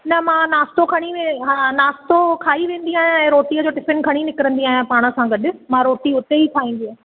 न मां नास्तो खणी वे हा नास्तो खाई वेंदी आहियां ऐं रोटीअ जो टिफिन खणी निकिरंदी आहियां पाण सां गॾु मां रोटी उते ई खाईंदी आहियां